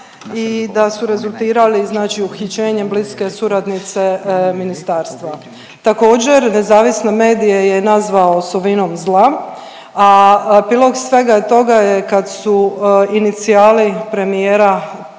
i da su rezultirali znači uhićenjem bliske suradnice ministarstva. Također nezavisne medije je nazvao osovinom zla, a epilog svega toga je kad su inicijali premijera